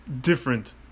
different